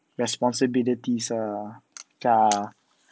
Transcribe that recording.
responsibility ah okay ah